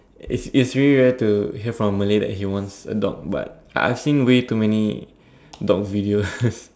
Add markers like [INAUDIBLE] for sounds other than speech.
it's it's really rare to hear from a Malay that he wants a dog but I've seen way too many dog videos [LAUGHS]